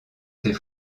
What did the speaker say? ses